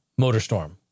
MotorStorm